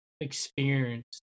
experience